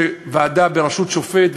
שוועדה בראשות שופט,